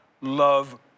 love